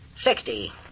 sixty